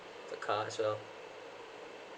the car as well